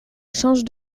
change